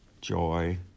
Joy